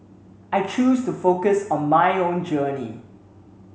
I choose to focus on my own journey